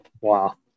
Wow